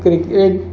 cricket